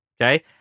Okay